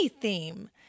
theme